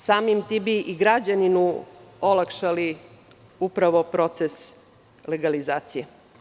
Samim tim bi i građaninu olakšali proces legalizacije.